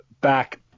back